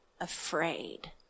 afraid